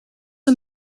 een